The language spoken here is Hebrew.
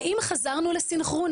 האם חזרנו לסנכרון?